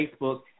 Facebook